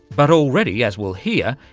but already, as we'll hear,